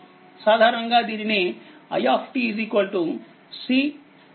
సాధారణంగా దీనిని i C dvdt గా వ్రాయవచ్చు